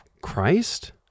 Christ